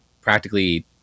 practically